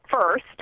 first